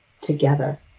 together